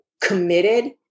Committed